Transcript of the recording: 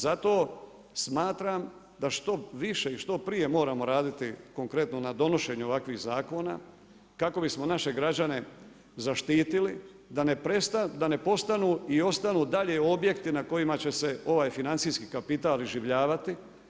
Zato smatram da što više i što prije moramo raditi konkretno na donošenju ovakvih zakona kako bismo naše građane zaštitili da ne postanu i ostanu dalje objekti na kojima će se ovaj financijski kapital iživljavati.